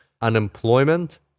unemployment